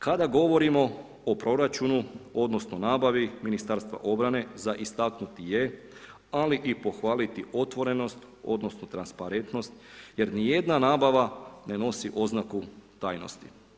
Kada govorimo o proračunu, odnosno nabavi Ministarstva obrane za istaknuti je ali i pohvaliti otvorenost odnosno transparentnost jer ni jedna nabava ne nosi oznaku tajnosti.